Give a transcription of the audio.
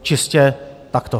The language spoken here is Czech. Čistě takto.